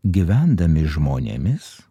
gyvendami žmonėmis